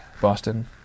Boston